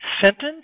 sentence